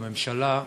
הממשלה,